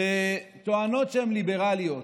שטוענות שהן ליברליות